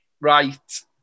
Right